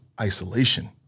isolation